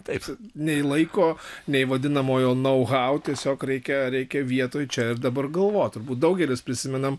taip nei laiko nei vadinamojo nau hau tiesiog reikia reikia vietoj čia ir dabar galvot turbūt daugelis prisimenam